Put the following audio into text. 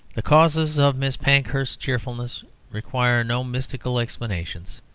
the causes of miss pankhurst's cheerfulness require no mystical explanations.